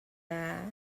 eye